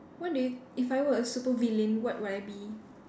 what do you if I were a super villain what would I be